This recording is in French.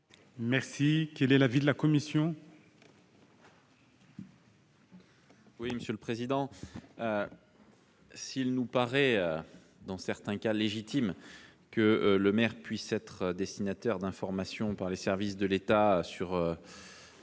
secret. Quel est l'avis de la commission ?